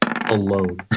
alone